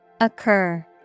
Occur